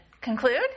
conclude